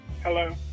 Hello